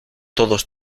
todos